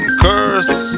curse